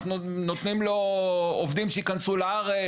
אנחנו נותנים לו עובדים שייכנסו לארץ,